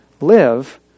Live